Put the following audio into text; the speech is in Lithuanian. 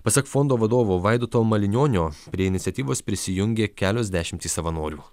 pasak fondo vadovo vaidoto malinionio prie iniciatyvos prisijungė kelios dešimtys savanorių